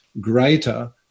greater